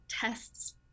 tests